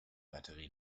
batterie